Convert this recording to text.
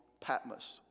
Patmos